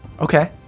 Okay